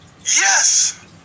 Yes